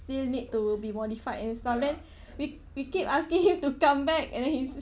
still need to be modified and stuff then we we keep asking him to come back and then he